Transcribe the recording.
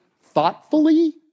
thoughtfully